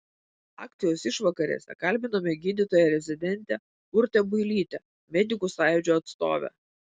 akcijos išvakarėse kalbinome gydytoją rezidentę urtę builytę medikų sąjūdžio atstovę